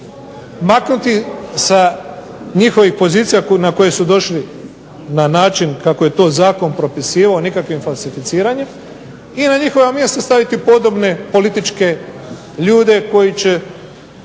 maknuti sa njihovih pozicija na koje su došli na način kako je to zakon propisivao nikakvim falsificiranjem i na njihova mjesta staviti podobne političke ljude koji će